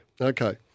Okay